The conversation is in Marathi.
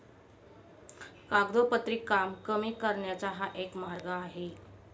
कागदोपत्री काम कमी करण्याचा हा मार्ग आहे